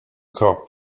cop